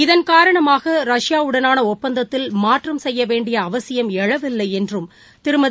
இதன் காரணமாக ரஷ்யாவுடனான ஒப்பந்தத்தில் மாற்றம் செய்ய வேண்டிய அவசியம் எழவில்லை என்றும் திருமதி